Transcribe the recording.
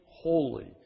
holy